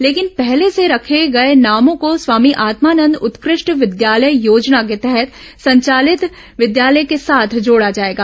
लेकिन पहले से रखे गए नामो को स्वामी आत्मानंद उत्कृष्ट विद्यालय योजना के तहत संचालित विद्यालय के साथ जोड़ा जाएगा